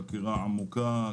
חקירה עמוקה,